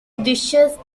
dishes